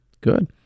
Good